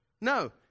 No